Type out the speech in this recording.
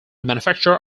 manufacturer